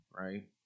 right